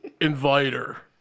Inviter